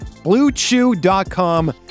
bluechew.com